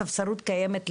הספסרות קיימת,